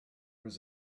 was